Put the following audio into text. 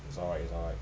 it's alright it's alright